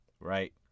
Right